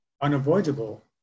unavoidable